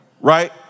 right